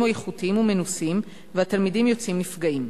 איכותיים ומנוסים והתלמידים יוצאים נפגעים.